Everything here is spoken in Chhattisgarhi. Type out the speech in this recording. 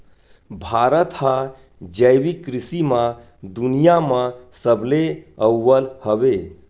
भारत हा जैविक कृषि मा दुनिया मा सबले अव्वल हवे